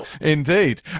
Indeed